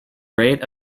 rate